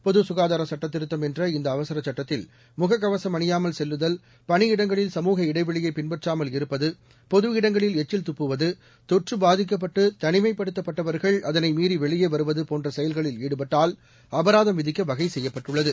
பொது சுகாதார சுட்டத் திருத்தம் என்ற இந்த அவசர சுட்டத்தில் முகக்கவசம் அணியாமல் செல்லுதல் பனியிடங்களில் சமூக இடைவெளியை பின்பற்றாமல் இருப்பது பொது இடங்களில் எச்சில் துப்புவது தொற்று பாதிக்கப்பட்டு தனிமைப்படுத்தப்பட்டவர்கள் அதனை மீறி வெளியே வருவது போன்ற செயல்களில் ஈடுபட்டால் அபராதம் விதிக்க வகை செய்யப்பட்டுள்ளது